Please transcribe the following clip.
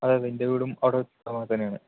ആ എൻ്റെ വീടും അവിടെ തന്നാണ്